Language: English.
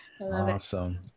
awesome